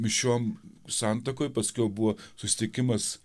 mišiom santakoj paskiau buvo susitikimas